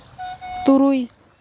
ᱛᱩᱨᱩᱭ